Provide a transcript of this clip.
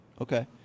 Okay